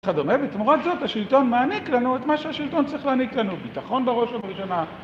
למרות זאת, השלטון מעניק לנו את מה שהשלטון צריך להעניק לנו, ביטחון בראש ובראשונה.